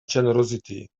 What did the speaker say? generosity